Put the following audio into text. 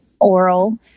oral